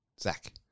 Zach